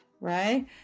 right